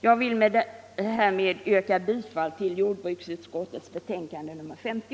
Jag vill därmed yrka bifall till jordbruksutskottets hemställan i betänkandet nr 50.